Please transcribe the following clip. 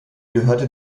gehörte